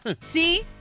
See